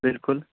बिलकुल